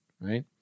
right